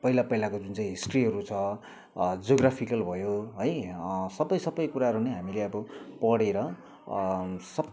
पहिला पहिलाको जुन चाहिँ हिस्ट्रीहरू छ जोग्राफिकल भयो है सबै सबै कुराहरू नै हामीले अब पढेर सबै